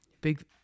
Big